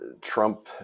Trump